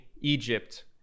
Egypt